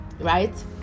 right